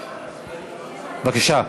בבקשה.